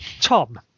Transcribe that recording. Tom